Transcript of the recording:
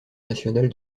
national